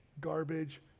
garbage